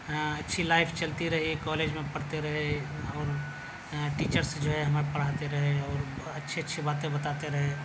اچھی لائف چلتی رہی کالج میں پڑھتے رہے اور ٹیچرس جو ہے ہمیں پڑھاتے رہے اور اچھی اچھی باتیں بتاتے رہے